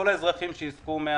אני אסיר את